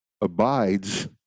abides